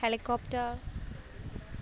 helicopter